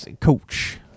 coach